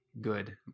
good